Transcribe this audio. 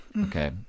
Okay